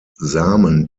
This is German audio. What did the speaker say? samen